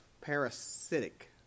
parasitic